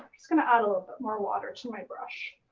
just gonna add a little bit more water to my brush.